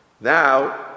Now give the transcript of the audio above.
Now